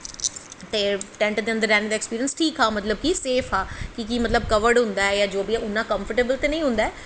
ते टैंट दे अंदर रौह्ने दा ऐक्सपिरिंस मतलब ठीक हा सेफ हा कि के मतलब कवर होंदा ऐ उन्ना कंफ्टेवल ते निं होंदा ऐ